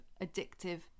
addictive